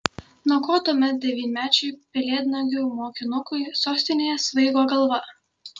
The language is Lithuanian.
nuo ko tuomet devynmečiui pelėdnagių mokinukui sostinėje svaigo galva